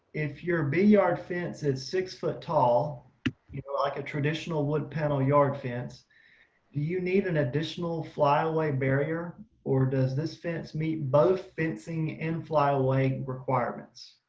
if you're bee yard fence is six foot tall, you know like a traditional would panel yard fence, do you need an additional fly away barrier or does this fence meet both fencing and fly away requirements?